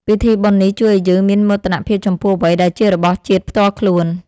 ពិធីបុណ្យនេះជួយឱ្យយើងមានមោទនភាពចំពោះអ្វីដែលជារបស់ជាតិផ្ទាល់ខ្លួន។